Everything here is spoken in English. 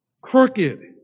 crooked